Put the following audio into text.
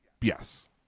Yes